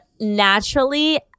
naturally